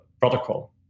protocol